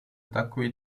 takový